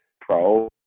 pro